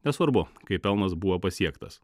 nesvarbu kaip pelnas buvo pasiektas